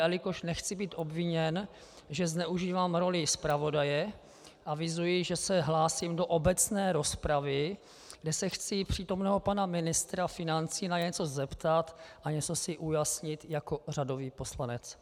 A jelikož nechci být obviněn, že zneužívám roli zpravodaje, avizuji, že se hlásím do obecné rozpravy, kdy se chci přítomného pana ministra financí na něco zeptat a něco si ujasnit jako řadový poslanec.